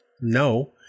No